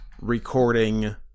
recording